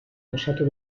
osatu